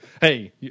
Hey